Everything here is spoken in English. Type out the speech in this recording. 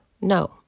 No